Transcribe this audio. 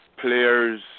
players